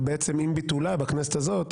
ובעצם עם ביטולה בכנסת הזאת,